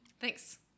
thanks